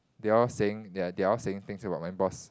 they're all saying they're they're all saying things about my boss